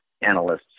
analysts